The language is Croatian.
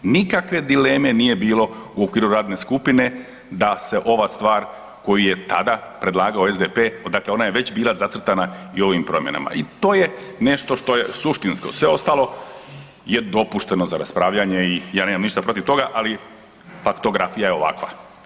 Nikakve dileme nije bilo u okviru radne skupine da se ova stvar koju je tada predlagao SDP, dakle ona je već bila zacrtana i u ovim promjenama i to je nešto što je suštinsko, sve ostalo je dopušteno za raspravljanje i ja nemam ništa protiv toga, ali faktografija je ovakva.